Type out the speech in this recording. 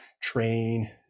train